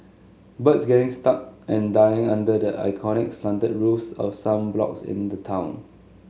birds getting stuck and dying under the iconic slanted roofs of some blocks in the town